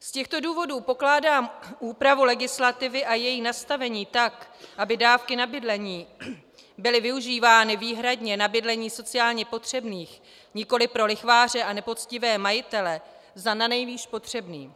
Z těchto důvodů pokládám úpravu legislativy a její nastavení tak, aby dávky na bydlení byly využívány výhradně na bydlení sociálně potřebných, nikoliv pro lichváře a nepoctivé majitele, za nanejvýš potřebné.